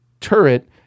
turret